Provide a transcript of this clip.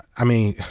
i mean,